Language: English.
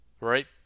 right